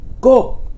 go